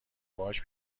باهاش